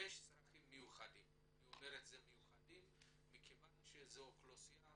שיש צרכים מיוחדים, מכיוון שזו אוכלוסייה